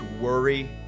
worry